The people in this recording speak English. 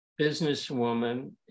Businesswoman